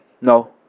no